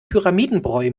pyramidenbräu